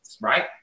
right